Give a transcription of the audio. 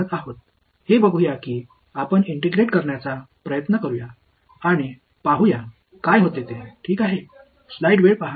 மாணவர்இன்டிகிறேட் ஆமாம் வெளிப்பாட்டை இன்டிகிறேட் செய்யுங்கள்